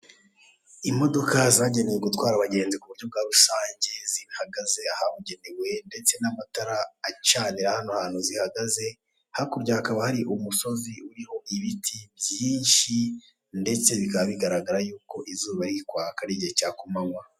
Imodoka zagenewe gutwara bagenzi kuburyo bwa rusange zihagaze ahabugenewe ndetse n'amatara acanira hano hantu zihagaze, hakurya hakaba hari umusozi uriho ibiti byinshi ndetse bikaba bigaragara yuko izuba riri kwaka ari igihe cya kumanywa.